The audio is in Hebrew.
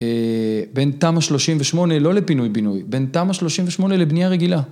בין תמא-38 לא לפינוי בינוי, בין תמא-38 לבניה רגילה.